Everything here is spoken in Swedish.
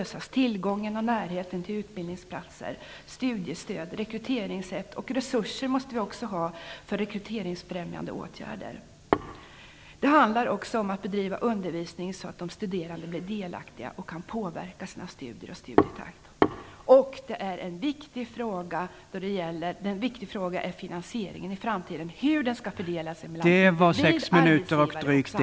Det gäller t.ex. tillgången på och närheten till utbildningsplatser, studiestöd, rekryteringssätt och resurser för rekryteringsfrämjande åtgärder. Det handlar också om att bedriva undervisning så att de studerande blir delaktiga och kan påverka sina studier och sin studietakt. En viktig fråga är den framtida finansieringen och hur den skall fördelas mellan arbetsgivare, samhälle...